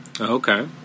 Okay